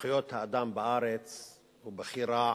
זכויות האדם בארץ הוא בכי רע,